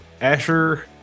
Asher